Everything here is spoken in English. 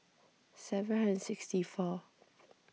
seven hundred sixty four